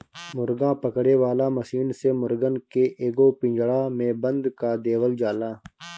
मुर्गा पकड़े वाला मशीन से मुर्गन के एगो पिंजड़ा में बंद कअ देवल जाला